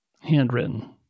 Handwritten